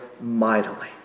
mightily